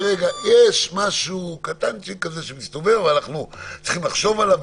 יש משהו קטן כזה שמסתובב אבל אנחנו צריכים לחשוב עליו.